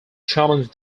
challenged